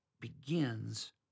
begins